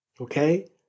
Okay